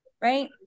Right